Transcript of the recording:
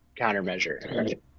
countermeasure